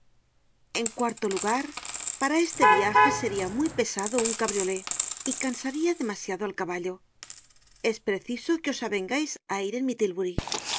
en cuarto lugar para este viaje seria muy pesado un cabriolé y cansada demasiado al caballo es preciso que os avengais á ir en mi